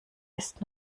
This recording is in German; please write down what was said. ist